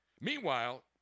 Meanwhile